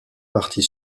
partie